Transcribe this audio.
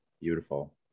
Beautiful